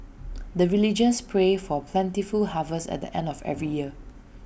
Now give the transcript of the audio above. the villagers pray for plentiful harvest at the end of every year